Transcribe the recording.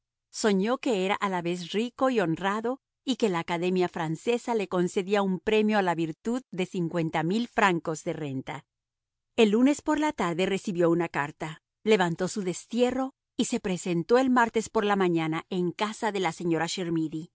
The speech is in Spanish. soñó que era a la vez rico y honrado y que la academia francesa le concedía un premio a la virtud de cincuenta mil francos de renta el lunes por la tarde recibió una carta levantó su destierro y se presentó el martes por la mañana en casa de la señora